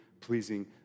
pleasing